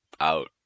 out